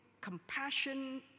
compassion